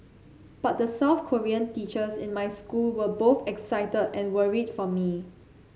but the South Korean teachers in my school were both excited and worried for me